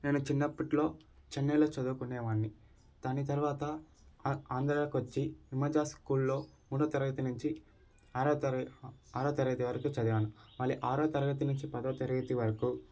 నేను చిన్నప్పటిలో చెన్నైలో చదువుకొనేవాడిని దాని తరువాత ఆంధ్రాకు వచ్చి హిమజా స్కూల్లో మూడో తరగతి నుంచి ఆరో తరగతి ఆరో తరగతి చదివాను మళ్ళీ ఆరో తరగతి నుంచి పదవ తరగతి వరకు